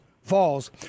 falls